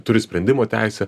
turi sprendimo teisę